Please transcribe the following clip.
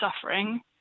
suffering